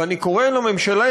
ואני קורא לממשלה,